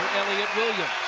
elliot williams.